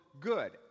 good